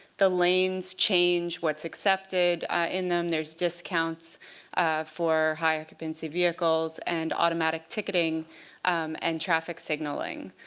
the lanes change what's accepted in them, there's discounts for high occupancy vehicles, and automatic ticketing and traffic signaling.